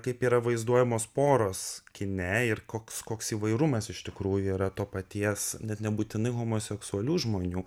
kaip yra vaizduojamos poros kine ir koks koks įvairumas iš tikrųjų yra to paties net nebūtinai homoseksualių žmonių